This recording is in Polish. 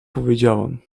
powiedziałam